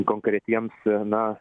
konkretiems na